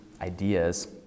ideas